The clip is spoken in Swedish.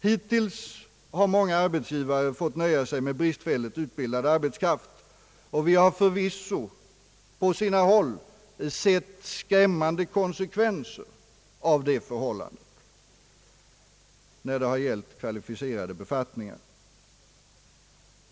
Hittills har många arbetsgivare fått nöja sig med bristfälligt utbildad arbetskraft, och vi har förvisso på sina håll sett skrämmande konsekvenser av detta förhållande när det har gällt kvalificerade befattningar.